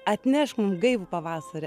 atnešk mum gaivų pavasarį